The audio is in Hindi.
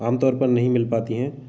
आमतौर पर नहीं मिल पाती है